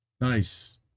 Nice